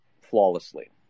flawlessly